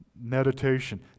Meditation